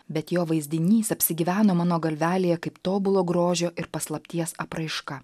bet jo vaizdinys apsigyveno mano galvelėje kaip tobulo grožio ir paslapties apraiška